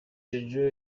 jojo